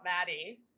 Maddie